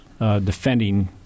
defending